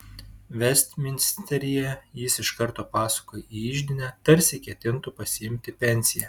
vestminsteryje jis iš karto pasuka į iždinę tarsi ketintų pasiimti pensiją